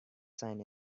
sign